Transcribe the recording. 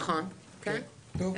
נכון, כן.